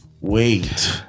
Wait